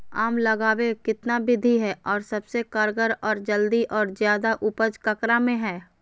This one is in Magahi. आम लगावे कितना विधि है, और सबसे कारगर और जल्दी और ज्यादा उपज ककरा में है?